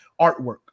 artwork